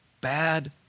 bad